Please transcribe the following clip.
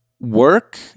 work